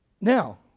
Now